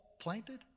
planted